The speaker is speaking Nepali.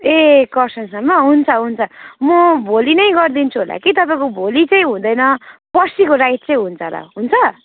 ए खरसाङसम्म हुन्छ हुन्छ म भोलि नै गरिदिन्छु होला कि तपाईँको भोलि चाहिँ हुँदैन पर्सिको राइड चाहिँ हुन्छ होला हुन्छ